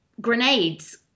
grenades